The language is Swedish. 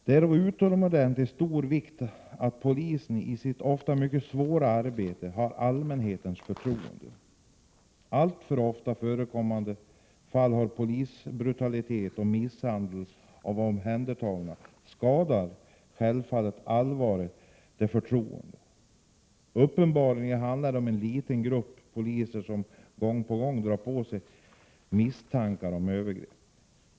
Det är av utomordentligt stor vikt att polisen i sitt ofta mycket svåra arbete har allmänhetens förtroende. Alltför ofta förekommande fall av polisbrutalitet och misshandel av omhändertagna skadar självfallet allvarligt det förtroendet. Uppenbarligen handlar det om en liten grupp poliser, som gång på gång drar på sig misstankar om övergrepp.